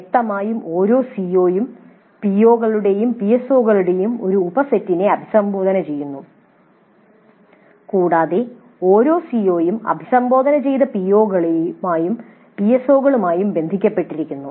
വ്യക്തമായും ഓരോ സിഒയും പിഒകളുടെയും പിഎസ്ഒകളുടെയും ഒരു ഉപസെറ്റിനെ അഭിസംബോധന ചെയ്യുന്നു കൂടാതെ ഓരോ സിഒയും അഭിസംബോധന ചെയ്ത പിഒകളുമായും പിഎസ്ഒകളുമായും ബന്ധപ്പെട്ടിരിക്കുന്നു